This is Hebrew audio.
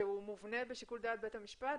שמובנה בשיקול דעת בית המשפט?